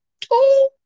two